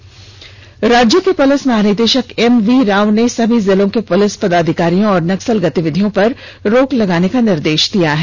DGP राज्य के police महानिदेषक एम भी राव ने सभी जिलों के पुलिस पदाधिकारियों को नक्सल गतिविधियों पर रोक लगाने का निर्देष दिया है